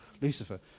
Lucifer